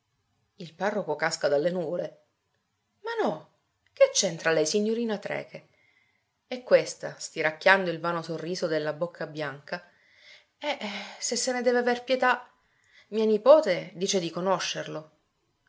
il parroco casca dalle nuvole ma no che c'entra lei signorina trecke e questa stiracchiando il vano sorriso della bocca bianca eh se se ne deve aver pietà mia nipote dice di conoscerlo